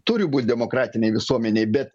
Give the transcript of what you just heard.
turi būt demokratinėj visuomenėj bet